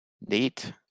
neat